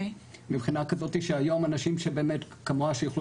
מבחינה כזאת שהיום אנשים שהם באמת כמוה יוכלו